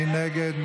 מי נגד?